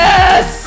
Yes